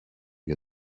για